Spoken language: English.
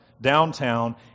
downtown